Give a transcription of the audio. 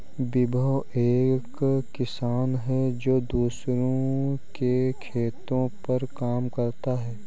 विभव एक किसान है जो दूसरों के खेतो पर काम करता है